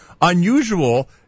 unusual